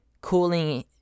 cooling